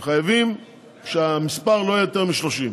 הם חייבים שהמספר לא יהיה יותר מ-30.